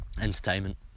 entertainment